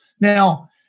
Now